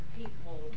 people